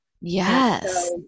Yes